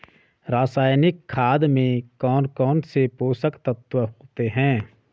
रासायनिक खाद में कौन कौन से पोषक तत्व होते हैं?